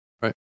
Right